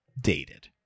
dated